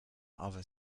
other